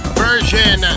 version